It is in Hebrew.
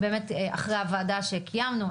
אחרי הוועדה שקיימנו,